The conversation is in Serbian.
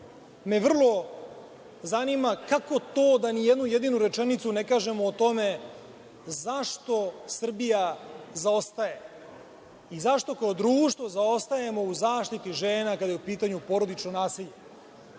me vrlo zanima kako to da ni jednu jedinu rečenicu ne kažemo o tome zašto Srbija zaostaje i zašto kao društvo zaostajemo u zaštiti žena, kada je u pitanju porodično